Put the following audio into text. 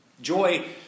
Joy